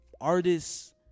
artists